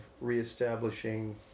reestablishing